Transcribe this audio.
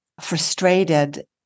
frustrated